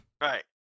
Right